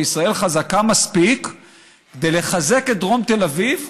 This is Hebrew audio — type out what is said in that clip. שישראל חזקה מספיק כדי לחזק את דרום תל אביב,